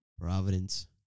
Providence